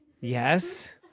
Yes